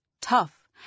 tough